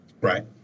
Right